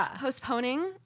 postponing